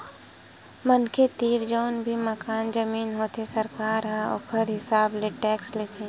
मनखे तीर जउन भी मकान, जमीन होथे सरकार ह ओखर हिसाब ले टेक्स लेथे